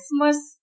Christmas